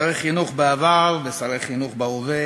שרי חינוך בעבר ושרי חינוך בהווה